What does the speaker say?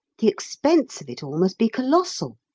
the expense of it all must be colossal!